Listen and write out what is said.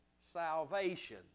salvation